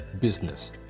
business